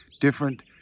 different